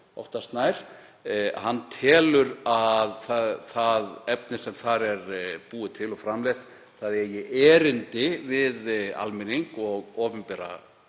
Hann telur að það efni sem þar er búið til og framleitt eigi erindi við almenning og í opinbera